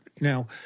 Now